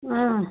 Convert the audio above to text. ஆ